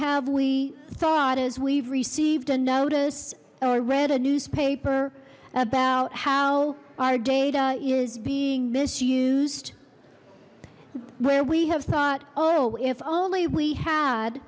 have we thought as we've received a notice or read a newspaper about how our data is being misused where we have thought oh if only we had